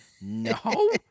No